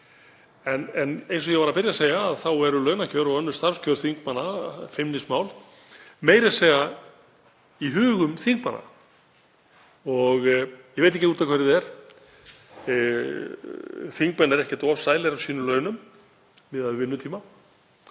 En eins og ég var að byrja að segja þá eru launakjör og önnur starfskjör þingmanna feimnismál, meira að segja í hugum þingmanna. Ég veit ekki af hverju það er. Þingmenn eru ekkert of sælir af sínum launum miðað við vinnutíma,